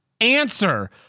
answer